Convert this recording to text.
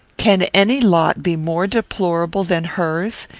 can any lot be more deplorable than hers?